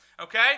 Okay